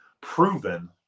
proven